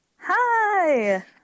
Hi